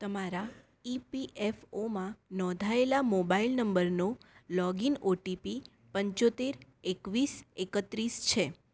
તમારા E P F ઓમાં નોંધાયેલા મોબાઈલ નંબરનો લોગઇન ઓ ટી પી પંચોતેર એકવીસ એકત્રીસ છે